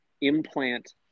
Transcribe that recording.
implant